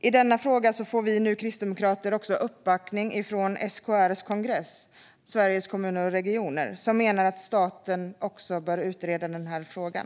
I denna fråga får vi kristdemokrater nu uppbackning av SKR:s kongress - Sveriges Kommuner och Regioner -, som menar att staten bör utreda frågan.